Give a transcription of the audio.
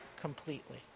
completely